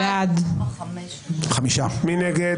מי נגד?